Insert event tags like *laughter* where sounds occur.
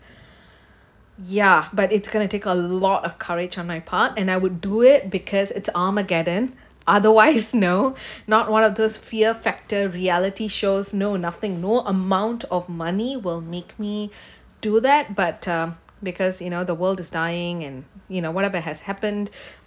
ya but it's gonna take a lot of courage on my part and I would do it because it's armageddon otherwise no *breath* not one of those fear factor reality shows no nothing no amount of money will make me do that but uh because you know the world is dying and you know whatever has happened